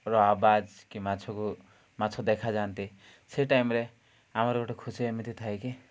ର ଆବାଜ କି ମାଛକୁ ମାଛ ଦେଖାଯାଆନ୍ତି ସେ ଟାଇମ୍ରେ ଆମର ଗୋଟେ ଖୁସି ଏମିତି ଥାଏ କିି